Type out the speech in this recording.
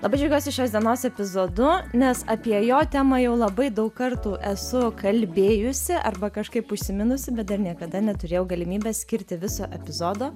labai džiaugiuosi šios dienos epizodu nes apie jo temą jau labai daug kartų esu kalbėjusi arba kažkaip užsiminusi bet dar niekada neturėjau galimybės skirti viso epizodo